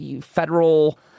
federal